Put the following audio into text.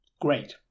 Great